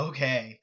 Okay